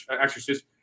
exorcist